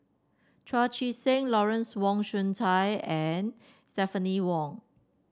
Chu Chee Seng Lawrence Wong Shyun Tsai and Stephanie Wong